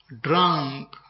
drunk